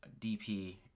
DP